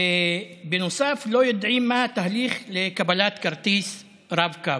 ובנוסף לא יודעים מה התהליך לקבלת כרטיס רב-קו.